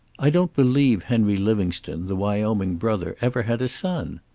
i don't believe henry livingstone, the wyoming brother, ever had a son.